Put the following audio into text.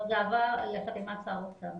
לא, זה עבר לחתימת שר האוצר.